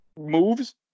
moves